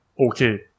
okay